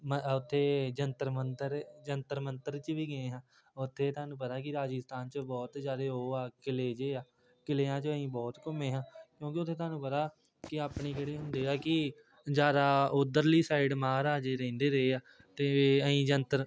ਮ ਉੱਥੇ ਜੰਤਰ ਮੰਤਰ ਜੰਤਰ ਮੰਤਰ 'ਚ ਵੀ ਗਏ ਹਾਂ ਉੱਥੇ ਤੁਹਾਨੂੰ ਪਤਾ ਕਿ ਰਾਜਸਥਾਨ 'ਚ ਬਹੁਤ ਜ਼ਿਆਦਾ ਉਹ ਆ ਕਿਲੇ ਜਿਹੇ ਆ ਕਿਲਿਆਂ 'ਚੋਂ ਅਸੀਂ ਬਹੁਤ ਘੁੰਮੇ ਹਾਂਂ ਕਿਉਂਕਿ ਉੱਥੇ ਤੁਹਾਨੂੰ ਪਤਾ ਕਿ ਆਪਣੀ ਕਿਹੜੇ ਹੁੰਦੇ ਆ ਕ ਜ਼ਿਆਦਾ ਉੱਧਰਲੀ ਸਾਈਡ ਮਹਾਰਾਜੇ ਰਹਿੰਦੇ ਰਹੇ ਆ ਅਤੇ ਫੇਰ ਅਸੀਂ ਜੰਤਰ